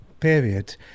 period